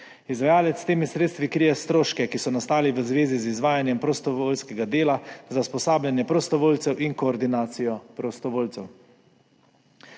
Izvajalec s temi sredstvi krije stroške, ki so nastali v zvezi z izvajanjem prostovoljskega dela za usposabljanje prostovoljcev in koordinacijo prostovoljcev.